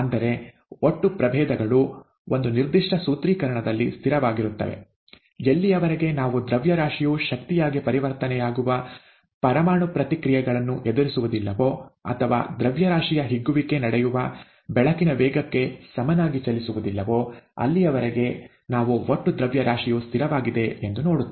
ಅಂದರೆ ಒಟ್ಟು ಪ್ರಭೇದಗಳು ಒಂದು ನಿರ್ದಿಷ್ಟ ಸೂತ್ರೀಕರಣದಲ್ಲಿ ಸ್ಥಿರವಾಗಿರುತ್ತವೆ ಎಲ್ಲಿಯವರೆಗೆ ನಾವು ದ್ರವ್ಯರಾಶಿಯು ಶಕ್ತಿಯಾಗಿ ಪರಿವರ್ತನೆಯಾಗುವ ಪರಮಾಣು ಪ್ರತಿಕ್ರಿಯೆಗಳನ್ನು ಎದುರಿಸುವುದಿಲ್ಲವೋ ಅಥವಾ ದ್ರವ್ಯರಾಶಿಯ ಹಿಗ್ಗುವಿಕೆ ನಡೆಯುವ ಬೆಳಕಿನ ವೇಗಕ್ಕೆ ಸಮನಾಗಿ ಚಲಿಸುವುದಿಲ್ಲವೋ ಅಲ್ಲಿಯವರೆಗೆ ನಾವು ಒಟ್ಟು ದ್ರವ್ಯರಾಶಿಯು ಸ್ಥಿರವಾಗಿದೆ ಎಂದು ನೋಡುತ್ತೇವೆ